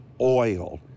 oil